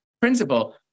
principle